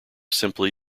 simply